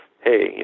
hey